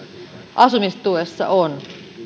asumistuessa on